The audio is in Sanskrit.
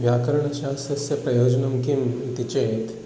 व्याकरणशास्त्रस्य प्रयोजनं किम् इति चेत्